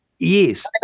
Yes